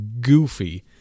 goofy